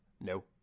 no